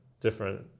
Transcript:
different